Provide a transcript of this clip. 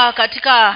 katika